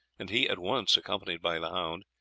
and he at once, accompanied by the hound,